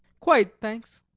quite, thanks.